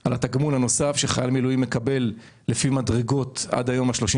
על התגמול הנוסף שחייל מילואים מקבל עד היום ה-37.